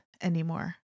anymore